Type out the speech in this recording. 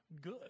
good